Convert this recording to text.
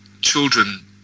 children